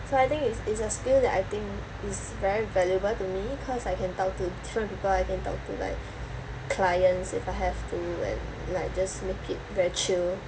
so I think it's it's a skill that I think is very valuable to me cause I can talk to different people I can talk to like clients if I have to and like just make it very chill